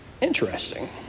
Interesting